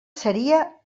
seria